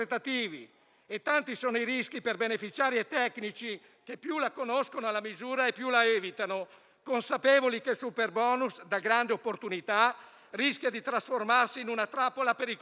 Tanti sono i rischi per beneficiari e tecnici che, più conoscono la misura, più la evitano, consapevoli che il superbonus, da grande opportunità, rischia di trasformarsi in una trappola pericolosa.